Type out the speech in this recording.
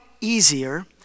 Easier